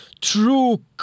true